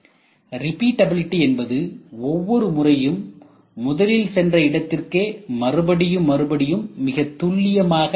repeatability என்பது ஒவ்வொரு முறையும் முதலில் சென்ற இடத்திற்கே மறுபடியும் மறுபடியும் மிகத்துல்லியமாக செல்வதாகும்